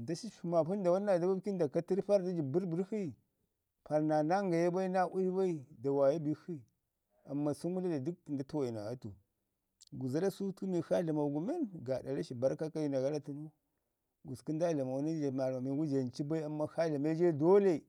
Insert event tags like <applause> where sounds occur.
Nda cacpi maapəndawaɗa naa dababkin da katərri, parr da jəb bərrbərr shi, parr naa nanga ye bai naa <unintelligible> da waani dikshi, amman sən gu dani dək nda tuwagu naa atu. Gusku zada sutku mi akshi aa dlamo gu man gaaɗa rashin barrkakwinaa garo tənu, gusku nda dlamo nən ja mwimamin gu jam cu bai amman akshi aa dlame ja i dolle.